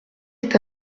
est